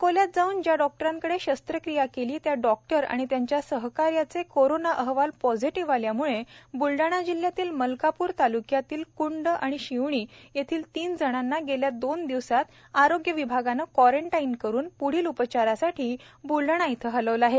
अकोल्यात जाऊन ज्या डॉक्टरकडे शस्त्रक्रिया केली त्या डॉक्टर आणि त्यांच्या सहायकाचे कोरोना अहवाल पॉझिटिव्ह आल्यामुळे ब्लडाणा जिल्हयातील मलकापूर तालुक्यातील क्ंड शिवणी येथील तिन जणांना गेल्या दोन दिवसात आरोग्य विभागाने क्वारंटीन करून पुढील उपचारासाठी बुलडाणा येथे हलविलं आहे